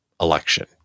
election